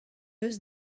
eus